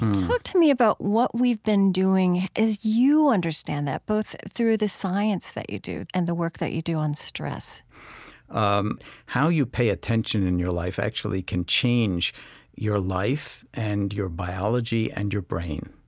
talk to me about what we've been doing as you understand that, both through the science that you do and the work that you do on stress um how you pay attention in your life actually can change your life and your biology and your brain